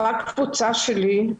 בקבוצה שלי,